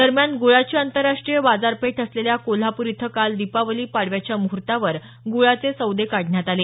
दरम्यान गुळाची आंतरराष्ट्रीय बाजारपेठ असलेल्या कोल्हापूर इथं काल दीपावली पाडव्याच्या मुहूर्तावर गुळाचे सौदे काढण्यात आले